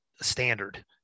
standard